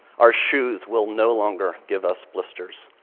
our shoes will no longer give us blisters.